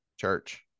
church